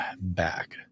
back